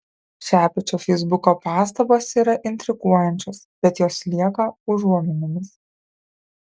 šepečio feisbuko pastabos yra intriguojančios bet jos lieka užuominomis